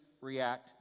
react